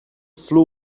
flew